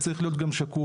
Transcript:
זה צריך להיות גם שקוף,